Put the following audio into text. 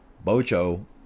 Bojo